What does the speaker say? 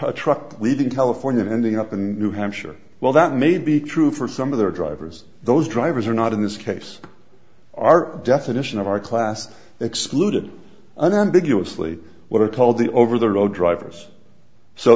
cut truck leaving california ending up in new hampshire well that may be true for some of their drivers those drivers are not in this case our definition of our class excluded an ambiguous lee what are called the over the road drivers so